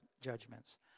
judgments